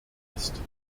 ist